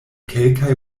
kelkaj